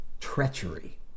treachery